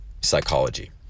psychology